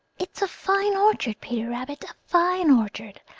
it's a fine orchard, peter rabbit, a fine orchard.